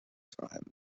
time